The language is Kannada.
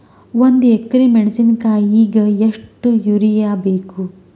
ಒಂದ್ ಎಕರಿ ಮೆಣಸಿಕಾಯಿಗಿ ಎಷ್ಟ ಯೂರಿಯಬೇಕು?